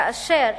כאשר